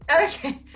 Okay